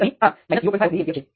resistance અનંત છે